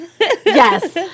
Yes